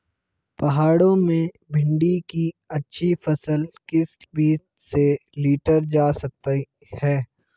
पहाड़ों में भिन्डी की अच्छी फसल किस बीज से लीटर जा सकती है?